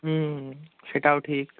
হুম সেটাও ঠিক